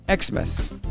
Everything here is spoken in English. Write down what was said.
Xmas